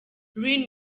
lin